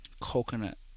coconut